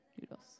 Noodles